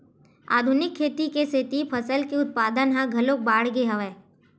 आधुनिक खेती के सेती फसल के उत्पादन ह घलोक बाड़गे हवय